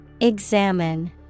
Examine